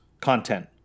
content